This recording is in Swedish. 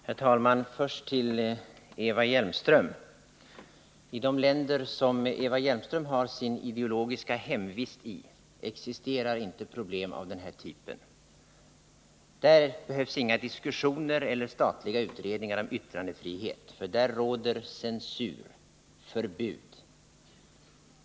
Herr talman! Först till Eva Hjelmström. I de länder som Eva Hjelmström har sitt ideologiska hemvist i existerar inte problem av den här typen. Där behövs inga diskussioner eller statliga utredningar om yttrandefriheten, för där råder censur, förbud.